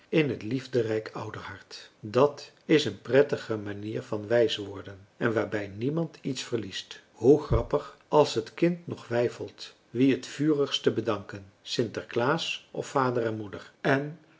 in het liefderijk ouderhart dat is een prettige manier van wijsworden en waarbij niemand iets verliest hoe grappig als het kind nog weifelt wien het vurigst te bedanken sinterklaas of vader en moeder en